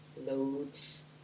loads